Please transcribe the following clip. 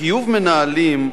חיוב מנהלים,